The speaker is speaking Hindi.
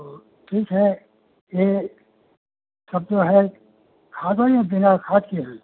तो ठीक है यह सब जो है खाद वाले हैं या बिना खाद के हैं